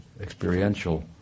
experiential